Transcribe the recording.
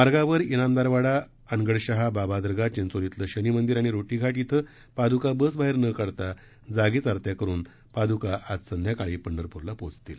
मार्गावर इनामदार वाडा अनगडशहा बाबा दर्गा चिंचोलीतलं शनी मंदिर आणि रोटी घाट इथं पादका बस बाहेर न काढता जागीच आरत्या करून पादका आज संध्याकाळी पंढरपूरला पोचतील